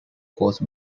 caused